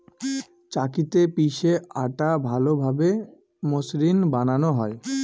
চাক্কিতে পিষে আটা ভালোভাবে মসৃন বানানো হয়